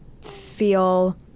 feel